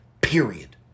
period